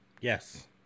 Yes